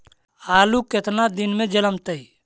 आलू केतना दिन में जलमतइ?